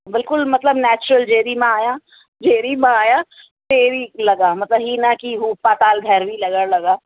बिल्कुलु मतिलबु नैचरल जहिड़ी मां आहियां जहिड़ी मां आहियां तहिड़ी लॻां मतिलबु त ही न की हू पाताल भैरवी लॻणु लॻां